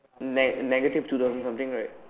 ne~ negative two thousand something right